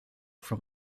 from